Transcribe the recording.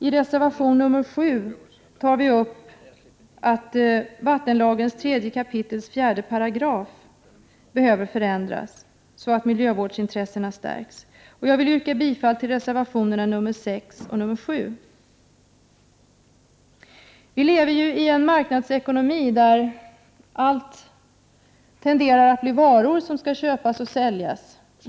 I reservation 7 yrkar vi att vattenlagens 3 kap. 4 § ändras så att miljövårdsintressena stärks. Därmed yrkar jag bifall till reservationerna 6 och 7. Vilever i en marknadsekonomi, där alltmer tenderar att bli varor som skall köpas och säljas.